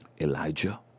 Elijah